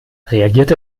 reagiert